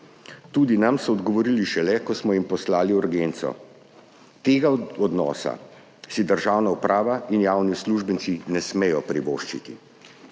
tudi nam so odgovorili šele, ko smo jim poslali urgenco. Tega odnosa si državna uprava in javni uslužbenci ne smejo privoščiti.